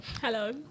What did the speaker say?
hello